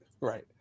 right